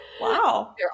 Wow